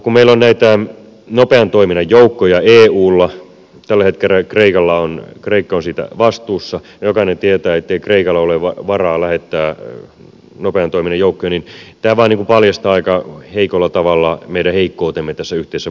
kun meillä on näitä nopean toiminnan joukkoja eulla tällä hetkellä kreikka on siitä vastuussa ja jokainen tietää ettei kreikalla ole varaa lähettää nopean toiminnan joukkoja niin tämä vain paljastaa aika heikolla tavalla meidän heikkoutemme tässä yhteisessä puolustusulottuvuudessa